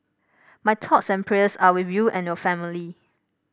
my thoughts and prayers are with you and your family